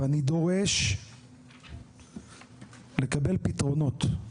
ואני דורש לקבל פתרונות,